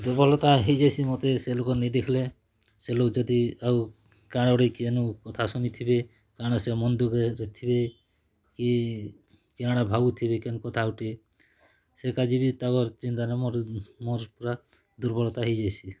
ଦୁର୍ବଳତା ହେଇ ଯାଇସି ମୋତେ ସେ ଲୋକ୍ ନେଇ ଦେଖିଲେ ସେ ଲୋକ୍ ଯଦି ଆଉ କାଉଡ଼ି କେନୁ କଥା ଶୁନି ଥିବେ କାଣ ସିଏ ମନ୍ ଦୁଃଖ୍ରେ ଥିବେ କି କଣ୍ ଭାବୁଥିବେ କେନ୍ କଥା ଗୋଟେ ସେ କାଜେ ବି ତାକର୍ ଚିନ୍ତାରେ ମୋର୍ ମୋର୍ ପୂରା ଦୁର୍ବଳତା ହେଇ ଯାଇସି